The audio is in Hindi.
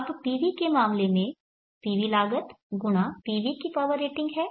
अब PV के मामले में PV लागत × PV की पावर रेटिंग है